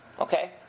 Okay